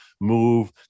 move